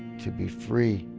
to be free,